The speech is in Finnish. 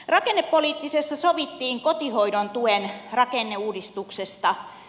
rakennepoliittisessa sovittiin kotihoidon tuen rakenneuudistuksesta